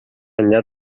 enllà